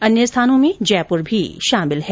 अन्य स्थानों में जयपुर भी शामिल है